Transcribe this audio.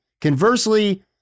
Conversely